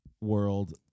world